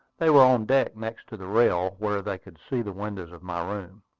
they were on deck, next to the rail, where they could see the windows of my room.